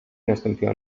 nastąpiła